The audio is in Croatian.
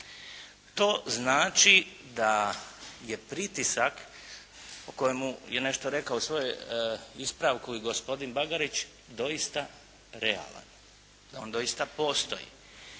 To znači da je pritisak o kojemu je nešto rekao svoju ispravku i gospodin Bagarić, doista realan. On doista postoji.